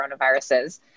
coronaviruses